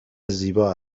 زیبا